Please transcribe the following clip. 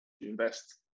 invest